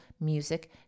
music